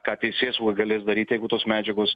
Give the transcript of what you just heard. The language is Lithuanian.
ką teisėsauga galės daryt jeigu tos medžiagos